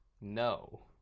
No